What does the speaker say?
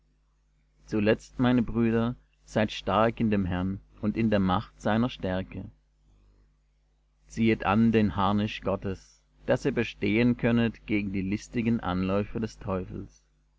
zuletzt meine brüder seid stark in dem herrn und in der macht seiner stärke ziehet an den harnisch gottes daß ihr bestehen könnet gegen die listigen anläufe des teufels